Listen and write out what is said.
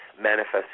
manifest